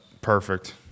Perfect